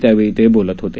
त्यावेळी ते बोलत होते